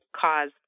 cause